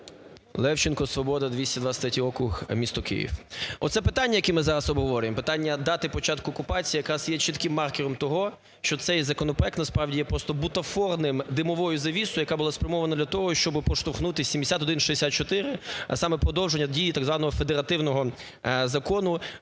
Левченко, "Свобода", 223 округ, місто Київ. Оці питання, які ми зараз обговорюємо: питання дати початку окупації, – якраз є чітким маркером того, що цей законопроект, насправді, є просто бутафорним, димовою завісою, яка була спрямована для того, щоби проштовхнути 7164, а саме продовження дії так званого федеративного закону,